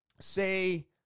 say